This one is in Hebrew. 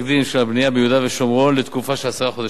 של הבנייה ביהודה ושומרון לתקופה של עשרה חודשים.